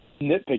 nitpick